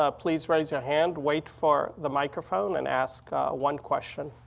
ah please raise your hand, wait for the microphone, and ask one question.